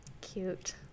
Cute